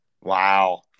Wow